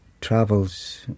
travels